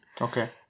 Okay